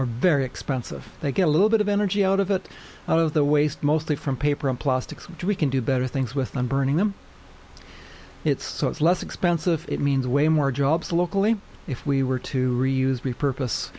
are very expensive they get a little bit of energy out of it out of the waste mostly from paper plastics which we can do better things with them burning them it's so it's less expensive it means way more jobs locally if we were to reuse repurpose